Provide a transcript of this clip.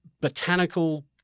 botanical